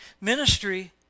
Ministry